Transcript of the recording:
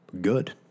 good